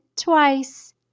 twice